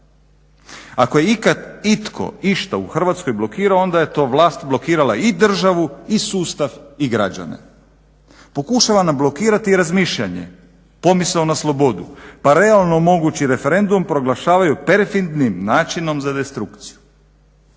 Ako je ikada itko išta u Hrvatskoj blokirao onda je to vlast blokirala i državu i sustav i građane. Pokušava nam blokirati i razmišljanje pomisao na slobodu, pa realno mogući referendum proglašavaju perfidnim načinom za destrukciju.